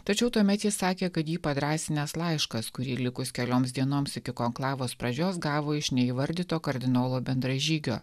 tačiau tuomet jis sakė kad jį padrąsinęs laiškas kurį likus kelioms dienoms iki konklavos pradžios gavo iš neįvardyto kardinolo bendražygio